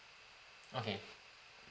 okay